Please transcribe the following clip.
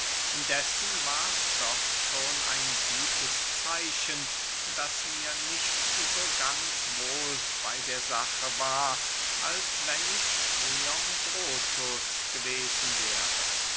indessen war's doch schon ein gutes zeichen daß mir nicht so ganz wohl bey der sache war als wenn ich kleombrotus gewesen wäre